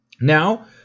Now